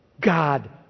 God